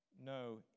no